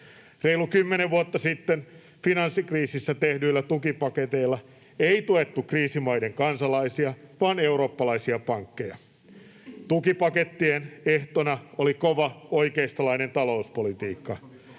Reilu kymmenen vuotta sitten finanssikriisissä tehdyillä tukipaketeilla ei tuettu kriisimaiden kansalaisia vaan eurooppalaisia pankkeja. Tukipakettien ehtona oli kova oikeistolainen talouspolitiikka.